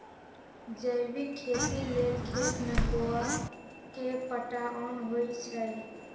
जैविक खेती लेल खेत में गोआ के पटाओंन होई छै